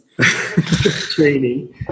training